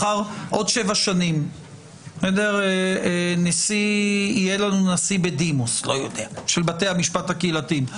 עוד 7 שנים יהיה לנו נשיא בדימוס של בתי המשפט הקהילתיים,